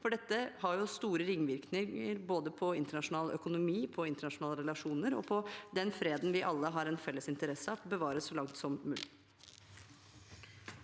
for dette har store ringvirkninger både for internasjonal økonomi, for internasjonale relasjoner og for den freden vi alle har en felles interesse av at bevares så langt som mulig.